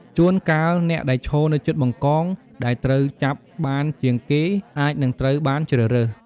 ជួនកាល អ្នកដែលឈរនៅជិតបង្កងដែលត្រូវចាប់បានជាងគេអាចនឹងត្រូវបានជ្រើសរើស។